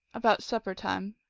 about supper-time,